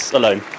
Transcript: alone